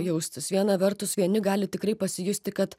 jaustis viena vertus vieni gali tikrai pasijusti kad